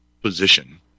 position